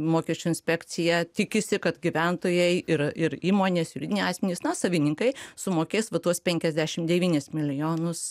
mokesčių inspekcija tikisi kad gyventojai ir ir įmonės juridiniai asmenys na savininkai sumokės va tuos penkiasdešim devynis milijonus